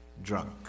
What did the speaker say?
drunk